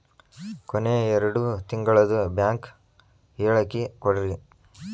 ಕೊನೆ ಎರಡು ತಿಂಗಳದು ಬ್ಯಾಂಕ್ ಹೇಳಕಿ ಕೊಡ್ರಿ